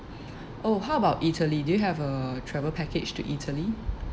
oh how about italy do you have a travel package to italy